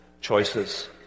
choices